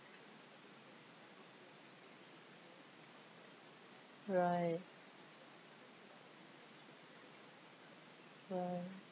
right right